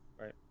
right